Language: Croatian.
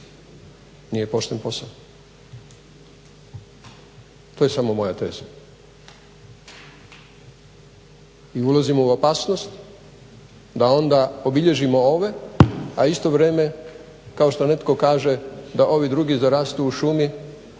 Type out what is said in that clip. nije pošten posao. To je samo moja teza. I ulazimo u opasnost da onda obilježimo ove, a u isto vrijeme kao što netko kaže da ovi drugi zarastu u šumi